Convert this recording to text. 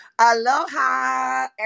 Aloha